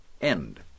End